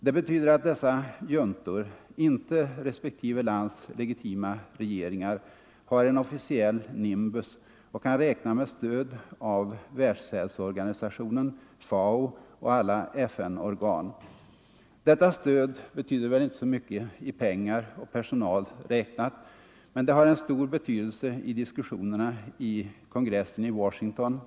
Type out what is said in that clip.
Det betyder att dessa juntor — inte respektive lands legitima regeringar — har en officiell nimbus och kan räkna med stöd av Världshälsoorganisationen, FAO och alla FN-organ. Detta stöd betyder väl inte så mycket i pengar och personal räknat, men det har en stor betydelse bl.a. under diskussionerna i kongressen i Washington.